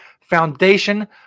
foundation